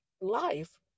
life